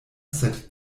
sed